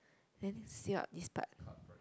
then seal up this part